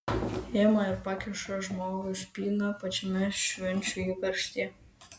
ima ir pakiša žmogui špygą pačiame švenčių įkarštyje